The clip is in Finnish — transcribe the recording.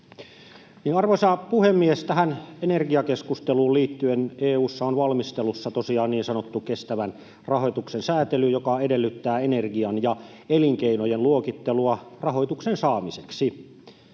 Arvoisa puhemies! Tähän energiakeskusteluun liittyen EU:ssa on tosiaan valmistelussa niin sanottu kestävän rahoituksen säätely, joka edellyttää energian ja elinkeinojen luokittelua rahoituksen saamiseksi.